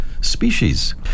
species